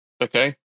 okay